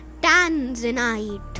Tanzanite